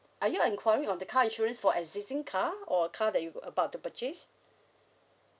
are you enquiring on the car insurance for existing car or a car that you're about to purchase